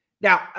Now